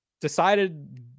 decided